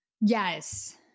Yes